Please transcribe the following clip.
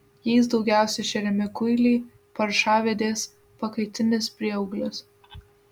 jais daugiausiai šeriami kuiliai paršavedės pakaitinis prieauglis